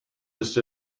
just